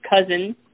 cousin